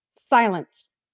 Silence